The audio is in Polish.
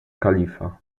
kalifa